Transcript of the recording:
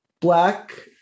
black